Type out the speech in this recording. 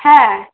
হ্যাঁ